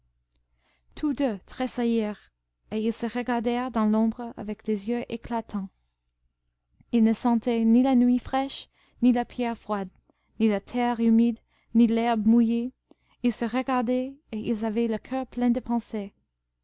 tressaillirent et ils se regardèrent dans l'ombre avec des yeux éclatants ils ne sentaient ni la nuit fraîche ni la pierre froide ni la terre humide ni l'herbe mouillée ils se regardaient et ils avaient le coeur plein de pensées